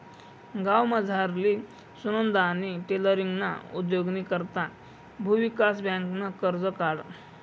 गावमझारली सुनंदानी टेलरींगना उद्योगनी करता भुविकास बँकनं कर्ज काढं